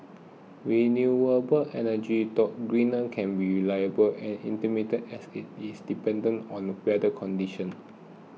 renewable energy though greener can be unreliable and intermittent as it is dependent on weather conditions